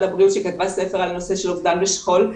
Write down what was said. הבריאות שכתבה ספר על נושא של אובדן ושכול.